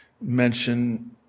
mention